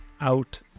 out